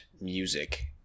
music